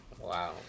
Wow